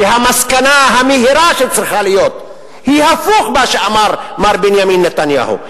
והמסקנה המהירה שצריכה להיות היא הפוך מה שאמר מר בנימין נתניהו,